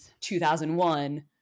2001